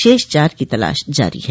शेष चार की तलाश जारी है